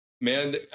Man